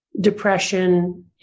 depression